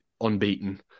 unbeaten